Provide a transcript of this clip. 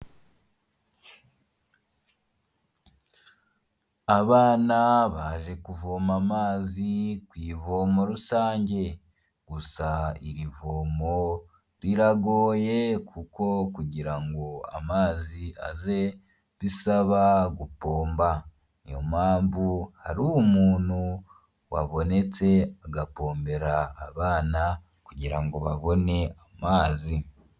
abana baje kuvoma amazi ku ivomo rusange gusa iri vomo riragoye kuko kugira ngo amazi aze risaba gupomba ni yo mpamvu hari umuntu wabonetse agapombera abana kugira ngo babone amazi